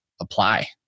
apply